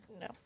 No